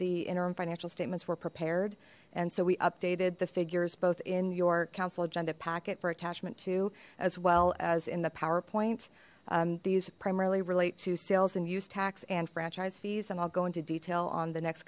the interim financial statements were prepared and so we updated the figures both in your council agenda packet for attachment two as well as in the powerpoint these primarily relate to sales and use tax and franchise fees and i'll go into detail on the next